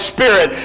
Spirit